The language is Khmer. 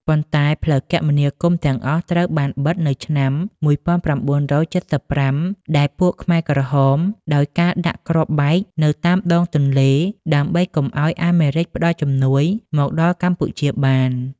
ប៉ុន្តែផ្លូវគមនាគមន៍ទាំងអស់ត្រូវបានបិទនៅឆ្នាំ ១៩៧៥ ដែលពួកខ្មែរក្រហមដោយការដាក់គ្រាប់បែកនៅតាមដងទន្លេ ដើម្បីកុំឲ្យអាមេរិកផ្តល់ជំនួយមកដល់កម្ពុជាបាន។